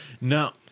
No